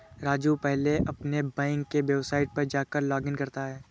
राजू पहले अपने बैंक के वेबसाइट पर जाकर लॉगइन करता है